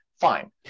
Fine